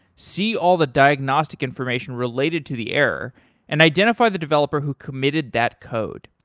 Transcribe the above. see all the diagnostic information related to the error and identify the developer who committed that code.